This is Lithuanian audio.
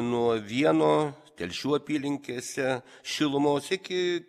nuo vieno telšių apylinkėse šilumos iki